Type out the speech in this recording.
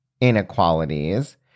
inequalities